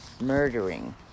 murdering